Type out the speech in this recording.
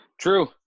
True